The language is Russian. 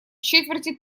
четверти